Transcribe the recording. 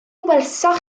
welsoch